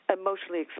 emotionally